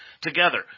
Together